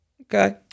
Okay